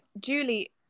Julie